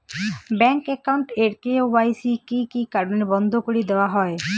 Bank account এর KYC কি কি কারণে বন্ধ করি দেওয়া হয়?